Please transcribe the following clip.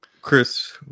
Chris